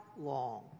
long